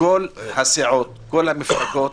שכל הסיעות, כל המפלגות